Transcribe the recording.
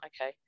okay